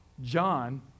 John